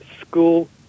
school